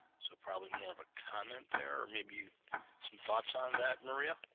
so probably more of a comment there or may be some thoughts on that maria?